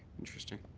interesting.